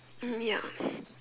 mm ya